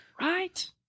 Right